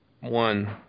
One